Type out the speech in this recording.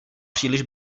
příliš